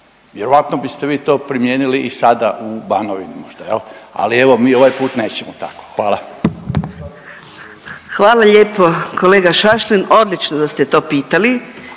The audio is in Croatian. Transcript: Vjerojatno biste vi to primijenili i sada u Banovini, možda, je li? Ali evo, mi ovaj put nećemo tako. Hvala. **Mrak-Taritaš, Anka (GLAS)** Hvala lijepo kolega Šašlin. Odlično da ste to pitali